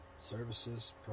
services